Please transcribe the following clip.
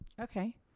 Okay